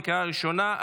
בקריאה ראשונה.